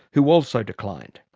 who also declined.